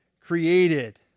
created